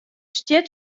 stiet